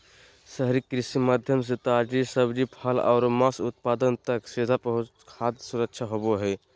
शहरी कृषि के माध्यम से ताजी सब्जि, फल आरो मांस उत्पाद तक सीधा पहुंच खाद्य सुरक्षा होव हई